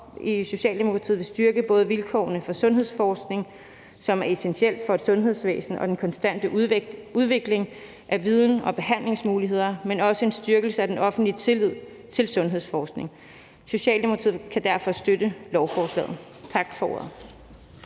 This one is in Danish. Socialdemokratiet tror vil styrke både vilkårene for sundhedsforskning, som er essentielt for et sundhedsvæsen og den konstante udvikling af viden og behandlingsmuligheder, men også styrke den offentlige tillid til sundhedsforskning. Socialdemokratiet kan derfor støtte lovforslaget. Tak for ordet.